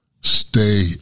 stay